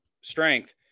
strength